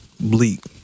Bleak